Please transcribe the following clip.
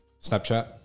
Snapchat